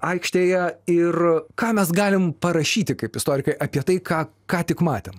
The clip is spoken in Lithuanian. aikštėje ir ką mes galim parašyti kaip istorikai apie tai ką ką tik matėm